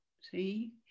see